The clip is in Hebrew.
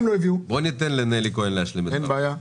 ניתן לנלי כהן להשלים את דבריה.